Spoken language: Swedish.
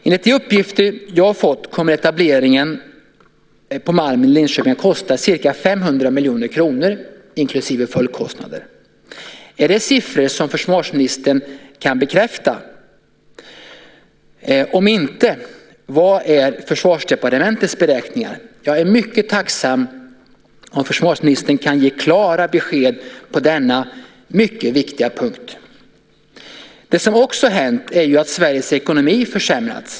Enligt de uppgifter som jag har fått kommer etableringen på Malmen i Linköping att kosta ca 500 miljoner kronor, inklusive följdkostnader. Är det siffror som försvarsministern kan bekräfta? Om inte undrar jag vilka Försvarsdepartementets beräkningar är. Jag är mycket tacksam om försvarsministern kan ge klara besked på denna mycket viktiga punkt. Det som också har hänt är att Sveriges ekonomi har försämrats.